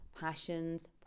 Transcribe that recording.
passions